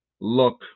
look